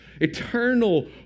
eternal